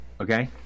Okay